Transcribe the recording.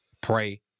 pray